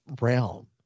realm